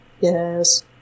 Yes